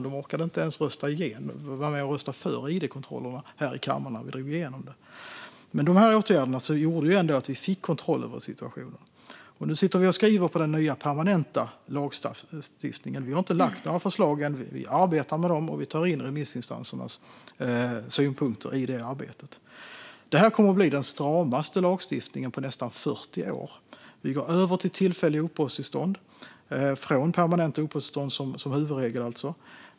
De orkade inte ens att här i kammaren rösta för id-kontrollerna när vi drev igenom det. De åtgärderna gjorde ändå att vi fick kontroll över situationen. Nu sitter vi och skriver på den nya permanenta lagstiftningen. Vi har inte lagt fram några förslag än. Vi arbetar med dem, och vi tar in remissinstansernas synpunkter i det arbetet. Det kommer att bli den stramaste lagstiftningen på nästan 40 år. Vi går över till tillfälliga uppehållstillstånd från permanenta uppehållstillstånd som huvudregel.